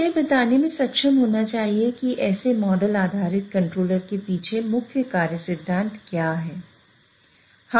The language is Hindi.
आपको यह बताने में सक्षम होना चाहिए कि ऐसे मॉडल आधारित कंट्रोलर के पीछे मुख्य कार्य सिद्धांत क्या है